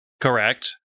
Correct